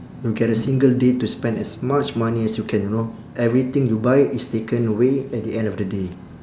you get a single day to spend as much money as you can you know everything you buy is taken away at the end of the day